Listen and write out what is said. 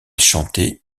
chantait